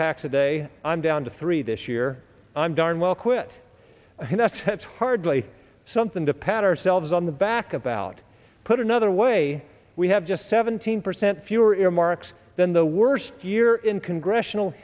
packs a day i'm down to three this year i'm darn well quit and that's half hardly something to pat ourselves on the back about put another way we have just seventeen percent fewer earmarks than the worst year in congressional